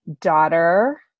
daughter